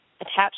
attached